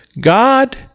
God